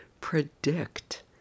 predict